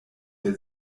der